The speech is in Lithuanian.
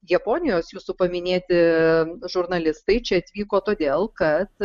japonijos jūsų paminėti žurnalistai čia atvyko todėl kad